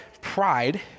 pride